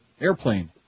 Airplane